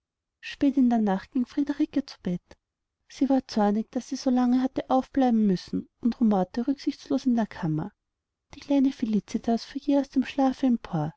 spät in der nacht ging friederike zu bett sie war zornig daß sie so lange hatte aufbleiben müssen und rumorte rücksichtslos in der kammer die kleine felicitas fuhr jäh aus dem schlafe empor